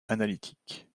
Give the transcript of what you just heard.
analytique